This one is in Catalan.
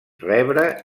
rebre